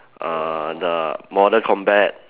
uh the modern combat